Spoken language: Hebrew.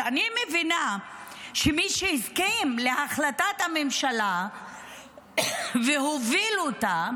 אז אני מבינה שמי שהסכים להחלטת הממשלה והוביל אותה,